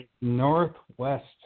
Northwest